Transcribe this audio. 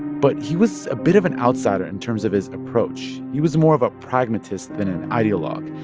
but he was a bit of an outsider in terms of his approach he was more of a pragmatist than an ideologue.